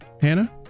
Hannah